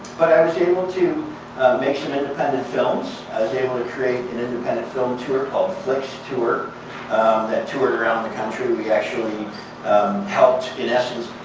but i was able to make some independent films. i was able to create an independent film tour called flicks tour that toured around the country. we actually helped, in essence,